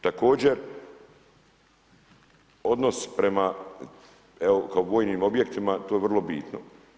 Također, odnos prema vojnim objektima, to je vrlo bitno.